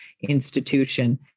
institution